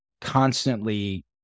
constantly